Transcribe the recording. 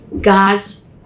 God's